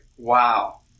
wow